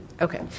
Okay